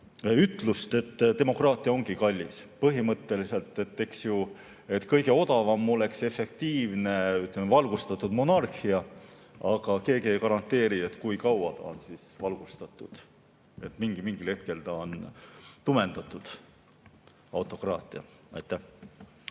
ütlust, et demokraatia ongi kallis. Põhimõtteliselt, ütleme, kõige odavam oleks efektiivne valgustatud monarhia. Aga keegi ei garanteeri, kui kaua ta on valgustatud, mingil hetkel ta on tumendatud autokraatia. Aitäh,